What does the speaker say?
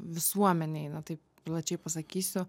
visuomenėj na taip plačiai pasakysiu